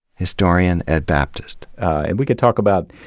historian ed baptist. and we could talk about,